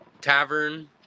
tavern